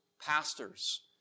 pastors